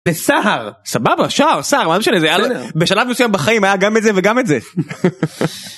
סער סבבה שהר סער בשלב מסוים בחיים היה גם את זה וגם את זה.